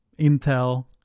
Intel